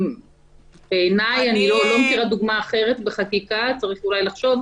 אני לא מכירה דוגמה אחרת בחקיקה, צריך אולי לחשוב.